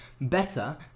Better